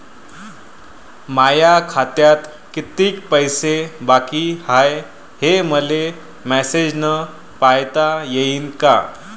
माया खात्यात कितीक पैसे बाकी हाय, हे मले मॅसेजन पायता येईन का?